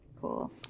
Cool